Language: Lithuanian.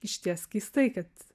išties keistai kad